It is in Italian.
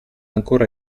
ancora